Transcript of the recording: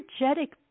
energetic